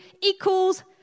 equals